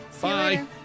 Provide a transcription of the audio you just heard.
bye